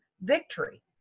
victory